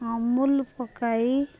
ଅମୁଲ ପକାଇ